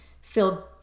feel